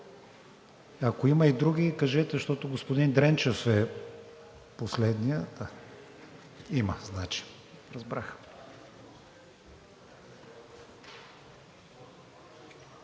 Ако има и други, кажете, защото господин Дренчев е последният. Да, има значи, разбрах.